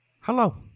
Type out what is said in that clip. Hello